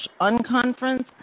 UnConference